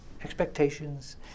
Expectations